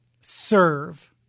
serve